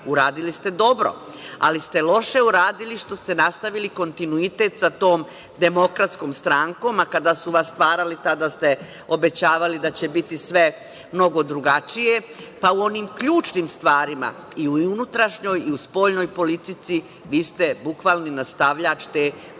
uradili ste dobro, ali ste loše uradili što ste nastavili kontinuitet sa tom DS. Kada su vas stvarali tada ste obećavali da će biti sve mnogo drugačije, pa u onim ključnim stvarima i unutrašnjoj i u spoljašnjoj politici vi ste bukvalni nastavljač te pogubne